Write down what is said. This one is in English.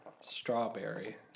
strawberry